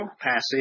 passage